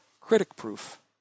critic-proof